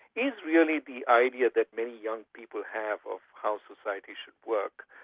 is really the idea that many young people have of how society should work.